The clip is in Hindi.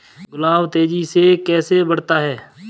गुलाब तेजी से कैसे बढ़ता है?